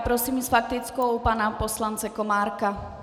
Prosím s faktickou pana poslance Komárka.